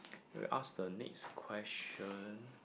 will ask the next question